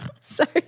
Sorry